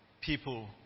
people